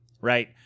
right